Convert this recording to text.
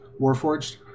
Warforged